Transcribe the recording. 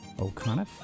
O'Connor